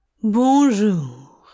Bonjour